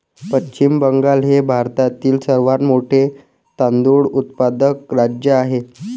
पश्चिम बंगाल हे भारतातील सर्वात मोठे तांदूळ उत्पादक राज्य आहे